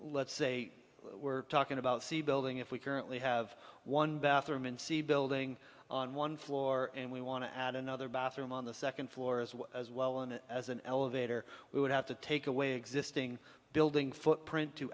let's say we're talking about c building if we currently have one bathroom and see building on one floor and we want to add another bathroom on the second floor as well as well and as an elevator we would have to take away existing building footprint to